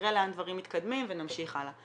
נראה לאן דברים מתקדמים ונמשיך הלאה.